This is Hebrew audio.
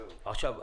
עכשיו,